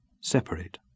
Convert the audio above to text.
separate